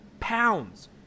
Pounds